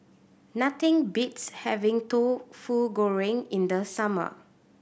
nothing beats having Tauhu Goreng in the summer